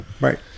right